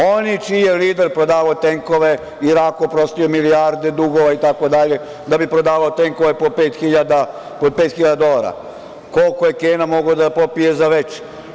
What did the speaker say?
Oni čiji je lider prodavao tenkove, Iraku oprostio milijarde dugova itd, da bi prodavao tenkove po pet hiljada dolara, koliko je Kena mogao da popije za veče.